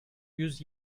yüz